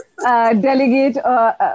delegate